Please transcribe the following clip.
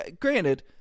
granted